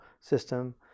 system